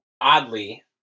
oddly